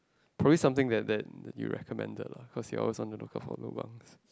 produce something that that you recommended lah cause you all so look for lobang